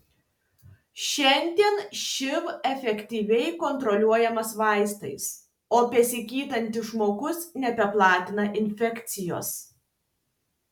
šiandien živ efektyviai kontroliuojamas vaistais o besigydantis žmogus nebeplatina infekcijos